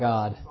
God